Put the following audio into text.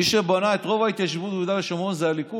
מי שבנה את רוב ההתיישבות ביהודה ושומרון זה הליכוד,